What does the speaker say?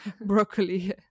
broccoli